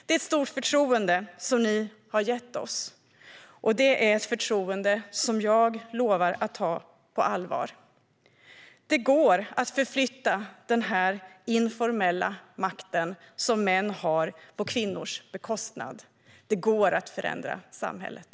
Det är ett stort förtroende som ni har gett oss, och det är ett förtroende som jag lovar att ta på allvar. Det går att förflytta den informella makt som män har på kvinnors bekostnad. Det går att förändra samhället.